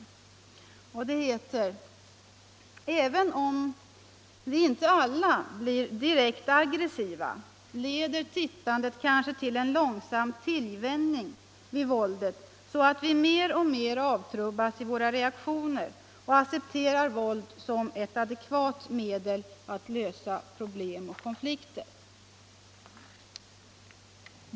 Det understryks från sådant håll att även om vi inte alla blir direkt aggressiva, leder tittandet kanske till en lång tillvänjning vid våldet, så att vi mer och mer avtrubbas i våra reaktioner och accepterar våld som ett adekvat medel att lösa problem och konflikter.